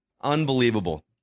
Unbelievable